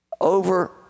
over